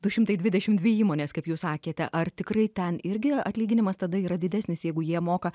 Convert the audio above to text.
du šimtai dvidešim dvi įmonės kaip jūs sakėte ar tikrai ten irgi atlyginimas tada yra didesnis jeigu jie moka